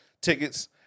tickets